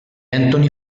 anthony